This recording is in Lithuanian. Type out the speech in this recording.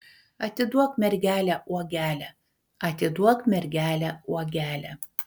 atiduok mergelę uogelę atiduok mergelę uogelę